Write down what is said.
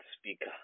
speaker